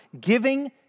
Giving